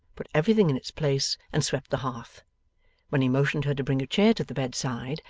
put everything in its place, and swept the hearth when he motioned her to bring a chair to the bedside,